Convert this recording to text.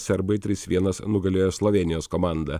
serbai trys vienas nugalėjo slovėnijos komandą